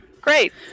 Great